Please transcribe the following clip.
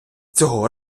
цього